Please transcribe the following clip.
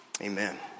Amen